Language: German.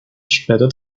später